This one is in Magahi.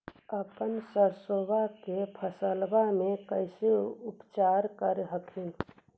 अपन सरसो के फसल्बा मे कैसे उपचार कर हखिन?